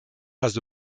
has